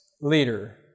leader